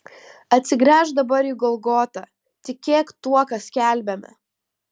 atsigręžk dabar į golgotą tikėk tuo ką skelbiame